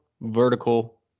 vertical